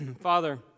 Father